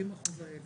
ב-30% האלה?